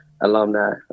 alumni